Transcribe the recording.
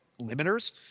limiters